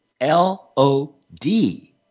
L-O-D